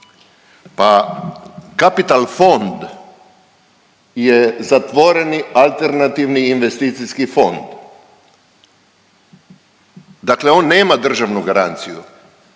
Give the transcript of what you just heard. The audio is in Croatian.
Pa kapital fond je zatvoreni alternativni investicijski fond. Dakle on nema državnu garanciju,